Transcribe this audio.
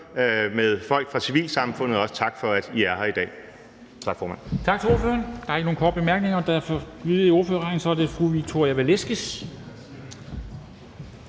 med folk fra civilsamfundet, så også tak for, at I er her i dag. Tak, formand.